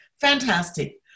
fantastic